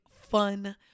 fun